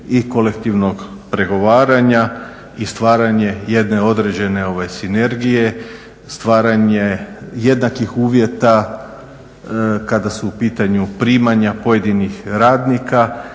i kolektivnog pregovaranja i stvaranje jedne određene sinergije, stvaranje jednakih uvjeta kada su u pitanju primanja pojedinih radnika